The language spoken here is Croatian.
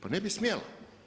Pa ne bi smjela.